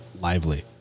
lively